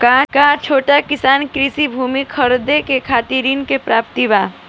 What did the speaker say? का छोट किसान कृषि भूमि खरीदे के खातिर ऋण के पात्र बा?